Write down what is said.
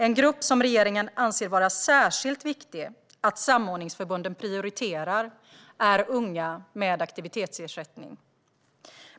En grupp som regeringen anser vara särskilt viktig att prioritera för samordningsförbunden är unga med aktivitetsersättning.